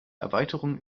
erweiterung